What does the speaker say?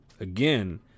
again